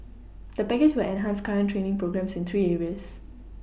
the package will enhance current training programmes in three areas